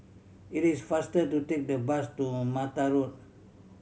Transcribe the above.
it is faster to take the bus to Mata Road